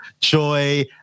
joy